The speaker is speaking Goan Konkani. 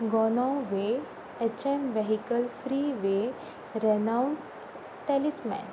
गोनो way H M vehicle freeway Renault Talisman